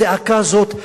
הזעקה הזאת,